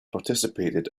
participated